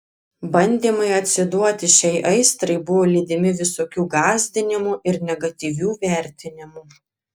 bandymai atsiduoti šiai aistrai buvo lydimi visokių gąsdinimų ir negatyvių vertinimų